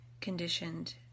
conditioned